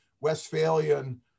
Westphalian